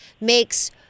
makes